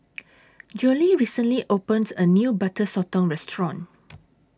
Zollie recently opened A New Butter Sotong Restaurant